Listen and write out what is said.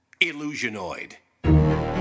Illusionoid